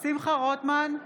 שמחה רוטמן,